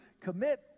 commit